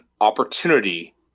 opportunity